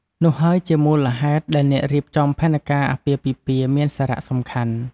នោះហើយជាមូលហេតុដែលអ្នករៀបចំផែនការអាពាហ៍ពិពាហ៍មានសារៈសំខាន់។